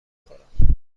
خورم